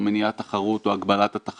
שמן זית אמיתי לא יכול להימכר